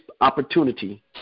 opportunity